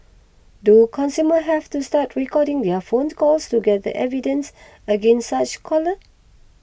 do consumers have to start recording their phone calls to gather evidence against such callers